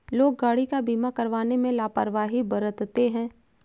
लोग गाड़ी का बीमा करवाने में लापरवाही बरतते हैं